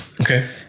Okay